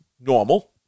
normal